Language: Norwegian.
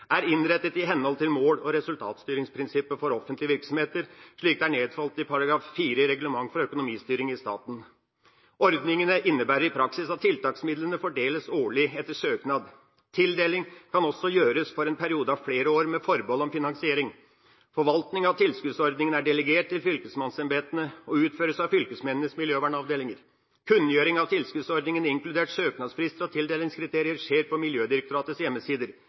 er innrettet i henhold til mål- og resultatstyringsprinsippet for statlige virksomheter, slik det er nedfelt i § 4 i reglementet for økonomistyring i staten. Ordningene innebærer i praksis at tiltaksmidler fordeles årlig etter søknad. Tildeling kan også gjøres for en periode på flere år, med forbehold om finansiering. Forvaltningen av tilskuddsordningene er delegert til fylkesmannsembetene, og utføres av fylkesmennenes miljøvernavdelinger. Kunngjøring av tilskuddsordningene, inkludert søknadsfrister og tildelingskriterier, skjer på Miljødirektoratets hjemmesider.